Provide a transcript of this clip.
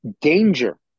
danger